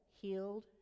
healed